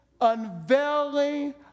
unveiling